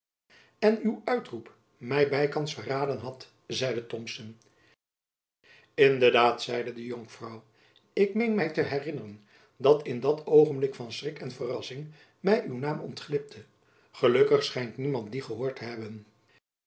en uw uitroep my bykans verraden had zeide thomson in de daad zeide de jonkvrouw ik meen my te herinneren dat in dat oogenblik van schrik en verrassing my uw naam ontglipte gelukkig schijnt niemand dien gehoord te hebben